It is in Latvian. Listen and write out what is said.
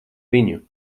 viņu